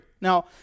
Now